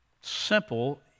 simple